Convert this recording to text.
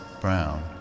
brown